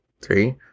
Three